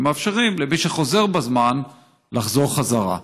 ומאפשרים למי שחוזר בזמן לחזור בחזרה.